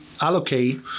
allocate